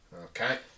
Okay